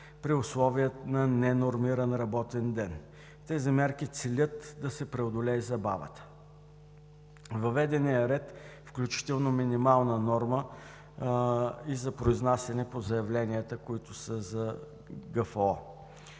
при условия на ненормиран работен ден. Тези мерки целят да се преодолее забавата. Въведен е ред, включително минимална норма и за произнасяне по заявленията, които са за